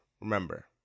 remember